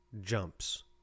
jumps